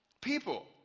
people